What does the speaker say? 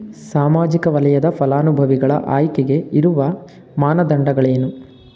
ಸಾಮಾಜಿಕ ವಲಯದ ಫಲಾನುಭವಿಗಳ ಆಯ್ಕೆಗೆ ಇರುವ ಮಾನದಂಡಗಳೇನು?